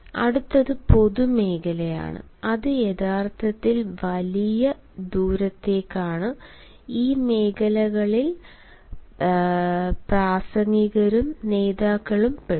അടുത്തത് പൊതുമേഖലയാണ് അത് യഥാർത്ഥത്തിൽ വലിയ ദൂരത്തേക്കാണ് ഈ മേഖലയിൽ പ്രാസംഗികരും നേതാക്കളും പെടും